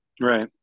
right